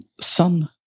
Sun